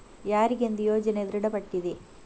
ಯಾರಿಗೆಂದು ಯೋಜನೆ ದೃಢಪಟ್ಟಿದೆ?